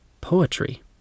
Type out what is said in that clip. poetry